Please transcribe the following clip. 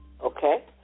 Okay